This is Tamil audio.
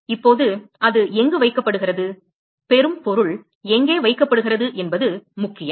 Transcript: இப்போது அது எங்கு வைக்கப்படுகிறது பெறும் பொருள் எங்கே வைக்கப்படுகிறது என்பது முக்கியம்